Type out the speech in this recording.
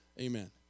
Amen